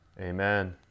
Amen